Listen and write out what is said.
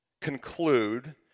conclude